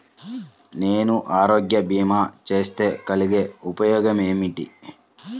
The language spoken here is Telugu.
నేను ఆరోగ్య భీమా చేస్తే కలిగే ఉపయోగమేమిటీ?